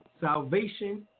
salvation